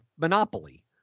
monopoly